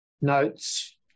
notes